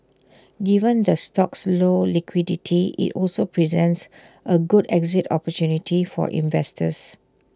given the stock's low liquidity IT also presents A good exit opportunity for investors